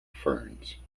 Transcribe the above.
ferns